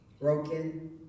broken